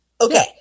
Okay